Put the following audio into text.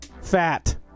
fat